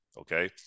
Okay